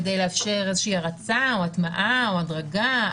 כדי לאפשר איזו הרצה או הטמעה או הדרגה,